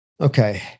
Okay